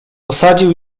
posadził